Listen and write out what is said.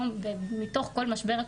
מתוך כל משבר הקורונה,